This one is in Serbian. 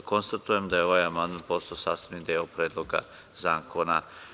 Konstatujem da je amandman postao sastavni deo Predloga zakona.